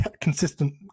consistent